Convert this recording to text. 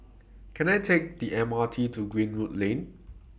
Can I Take The M R T to Greenwood Lane